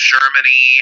Germany